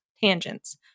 tangents